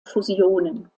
fusionen